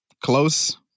close